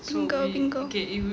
bingo bingo